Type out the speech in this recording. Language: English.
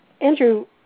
Andrew